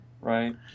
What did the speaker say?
Right